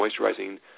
moisturizing